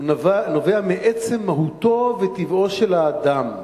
הוא נובע מעצם מהותו וטבעו של האדם.